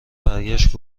برگشت